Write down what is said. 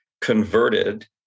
converted